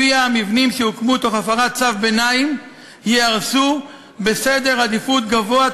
שלפיה המבנים שהוקמו תוך הפרת צו ביניים ייהרסו בסדר עדיפות גבוה,